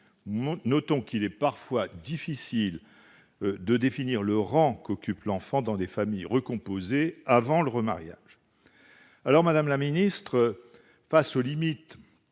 il est parfois difficile de définir le rang qu'occupe l'enfant dans des familles recomposées avant le remariage. Madame la ministre, face aux limites